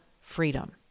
freedom